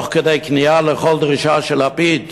תוך כדי כניעה לכל דרישה של לפיד,